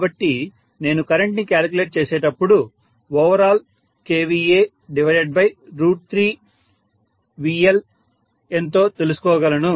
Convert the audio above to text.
కాబట్టి నేను కరెంట్ ని క్యాలిక్యులేట్ చేసేటప్పుడు ఓవరాల్ KVA3VL ఎంతో తీసుకోగలను